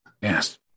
Yes